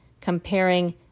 comparing